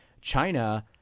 China